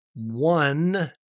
one